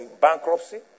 bankruptcy